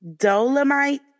Dolomite